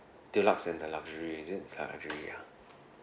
deluxe and the luxury is it ya luxury ya